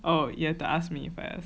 oh you have to ask me first